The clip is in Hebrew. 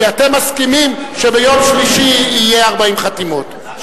כי אתם מסכימים שביום שלישי יהיה דיון ב-40 חתימות,